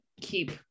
keep